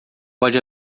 pode